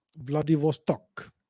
Vladivostok